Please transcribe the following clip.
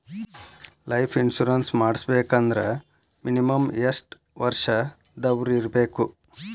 Life insurance ಮಾಡ್ಸ್ಬೇಕಂದ್ರ minimum ಯೆಷ್ಟ್ ವರ್ಷ ದವ್ರಿರ್ಬೇಕು?